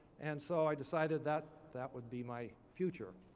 and so i decided that that would be my future,